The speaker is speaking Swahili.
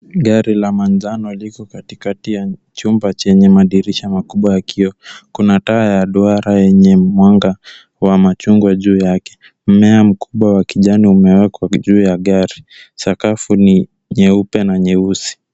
Gari la manjano liko katikati ya chumba chenye madirisha makubwa ya kioo. Kuna taa ya duara yenye mwanga wa machungwa juu yake. Mmea mkubwa wa kijani umewekwa juu ya gari. Sakafu ni nyeupe na nyeusi.